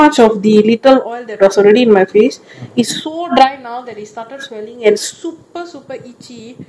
so dry that now it started swelling and super super itchy that I have to ice my face